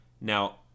Now